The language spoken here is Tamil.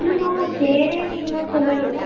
என்னம்மா உன் பேரே நீ இன்னும் சொல்லல